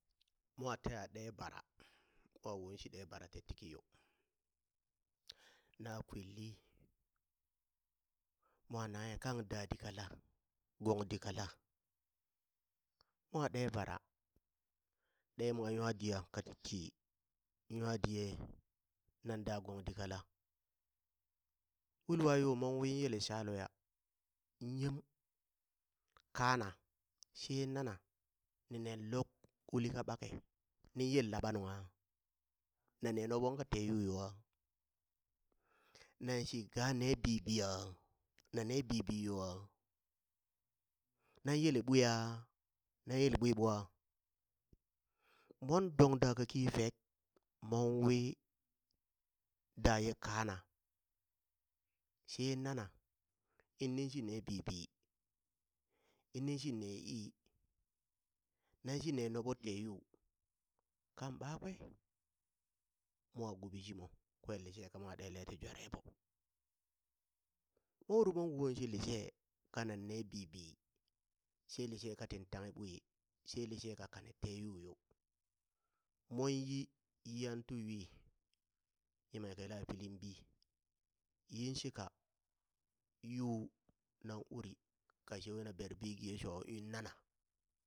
Mwa teha ɗe bara mwa wen shi ɗe bara titikiyo, na kwinli, mwa nanghe kan dadit kala gong dit kala, mwa ɗe bara dee mwa nwa diya ka ti tii nwa diye nan dagong dit kala, wulwa yo mon wi yele shalo ya nyem kaa na she nana ni neŋ luk uli ka ɓake nin yel laɓa nungha nane noɓon ka tee yuu yowaa? nan shi ga ne bibiha? nane bibiyoa? nan yele ɓuiha? nan yele ɓuiɓoa? mon dong da kaki fek mon wi daye kaa na she nana in nin shine bibi in nin shine ii, nanshi ne noɓo te yu kan ɓakwe mwa guɓi shimo kwen lishe kamwa ɗelle ti jware ɓo, mon uri mon won shi lishe kanaŋ ne bibi she lishe katin tanghe ɓwi she lishe ka kane te yu yo monyi yi yan tu yui yimanghi ka yilla pilin bii, yinshika yu nan uri ka shewena brebi gheson in nana.